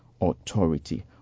Authority